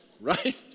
right